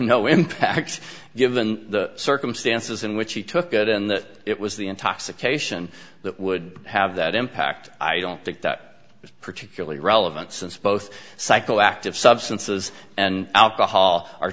no impact given the circumstances in which he took it and that it was the intoxication that would have that impact i don't think that particularly relevant since both psychoactive substances and alcohol are